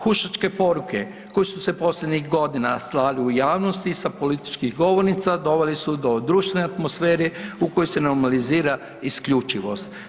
Hučake poruke koje su se posljednjih godina slali u javnosti sa političkih govornica doveli su do društvene atmosfere u kojoj se normalizira isključivost.